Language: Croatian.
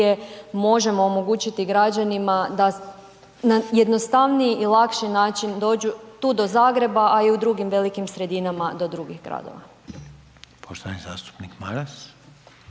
možemo omogućiti građanima da na jednostavniji i lakši način dođu tu do Zagreba, a i u drugim velikim sredinama do drugih gradova.